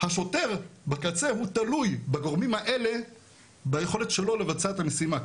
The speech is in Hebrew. השוטר בקצה הוא תלוי בגורמים האלה ביכולת שלו לבצע את המשימה.